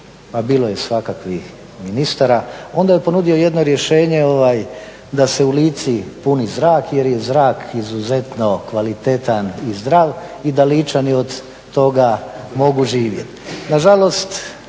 a bilo je svakakvih ministara, onda je ponudio jedno rješenje da se u Lici puni zrak jer je zrak izuzetno kvalitetan i zdrav i da Ličani od toga mogu živjeti.